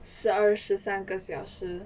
十二十三个小时